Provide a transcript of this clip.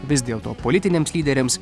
vis dėlto politiniams lyderiams